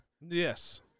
Yes